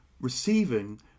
receiving